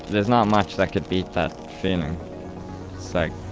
there's not much that could beat that feeling. it's like,